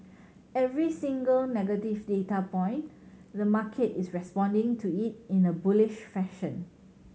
every single negative data point the market is responding to it in a bullish fashion